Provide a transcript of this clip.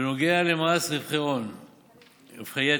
בנוגע למס רווחי יתר,